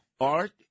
Art